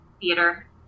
theater